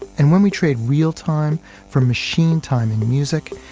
and when we trade real-time from machine time in music,